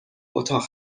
اتاق